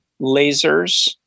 lasers